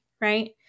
right